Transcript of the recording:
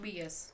yes